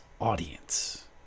audience